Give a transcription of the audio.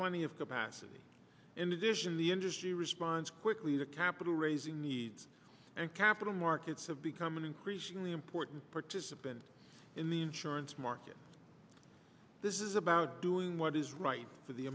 plenty of capacity in addition the industry responds quickly to capital raising needs and capital markets have become an increasingly important participant in the insurance market this is about doing what is right for the